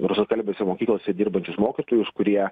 rusakalbėse mokyklose dirbančius mokytojus kurie